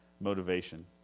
motivation